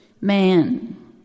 Man